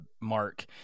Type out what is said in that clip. Mark